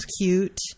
cute